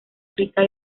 rica